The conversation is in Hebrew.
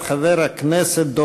חבר הכנסת חיים ילין, בבקשה, אדוני.